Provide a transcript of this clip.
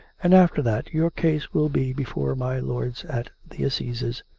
and, after that, your case will be before my lords at the assizes.